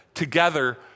together